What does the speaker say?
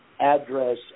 address